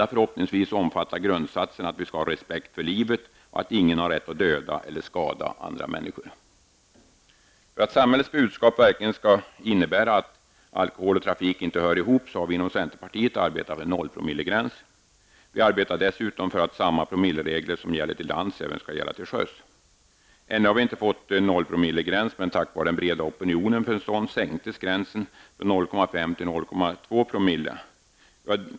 Förhoppningsvis omfattas vi alla av grundsatsen att vi skall ha respekt för livet och att ingen har rätt att döda eller skada andra människor. För att samhällets budskap verkligen skall innebära att alkohol och trafik inte hör ihop har vi inom centerpartiet arbetat för en nollpromillegräns. Vi arbetar dessutom för att samma promilleregler som gäller till lands även skall gälla till sjöss. Ännu har vi inte fått en nollpromillegräns, men tack vare den breda opinionen för en sådan sänktes gränsen från 0,5 till 0,2 ".